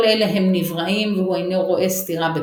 כל אלה הם נבראים והוא אינו רואה סתירה בכך.